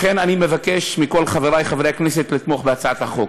לכן אני מבקש מכל חברי חברי הכנסת לתמוך בהצעת החוק.